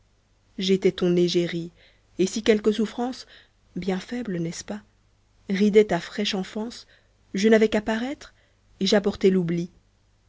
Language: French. j'étais ton egérie et si quelque souffrance bien faible n'est-ce pas ridait ta fraîche enfance je n'avais qu'à paraître et j'apportais l'oubli